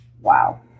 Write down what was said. wow